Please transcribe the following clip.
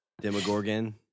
Demogorgon